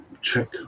Check